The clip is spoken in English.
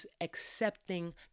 accepting